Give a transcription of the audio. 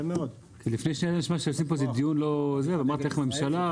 כי לפני רגע היה נשמע שעושים פה דיון לא --- אני לא שמעתי.